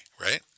right